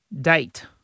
date